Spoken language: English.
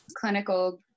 clinical